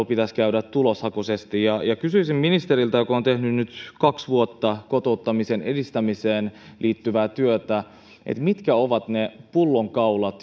pitäisi käydä tuloshakuisesti kysyisin ministeriltä joka on on tehnyt nyt kaksi vuotta kotouttamisen edistämiseen liittyvää työtä mitkä ovat ne pullonkaulat